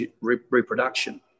reproduction